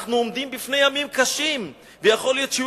"אנחנו עומדים בפני ימים קשים ויכול להיות שיהיו